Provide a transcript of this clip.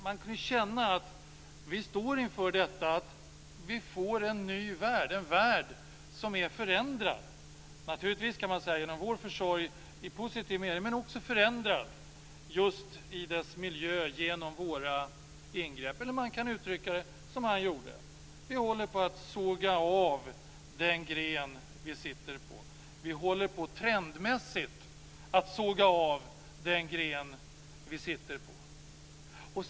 Man kunde känna att vi står inför att vi får en ny värld, en värld som är förändrad - naturligtvis kan man säga genom vår försorg i positivt mening, men också förändrad just vad gäller miljön genom våra ingrepp. Man kan också uttrycka det som han gjorde: Vi håller på att såga av den gren vi sitter på. Vi håller trendmässigt på att såga av den gren vi sitter på.